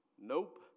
Nope